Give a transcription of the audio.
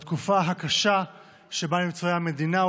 בתקופה הקשה שבה נמצאת המדינה,